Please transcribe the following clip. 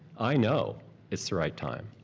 i know it's the right time.